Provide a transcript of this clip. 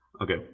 Okay